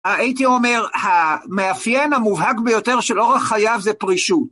הייתי אומר, המאפיין המובהק ביותר של אורח חייו זה פרישות.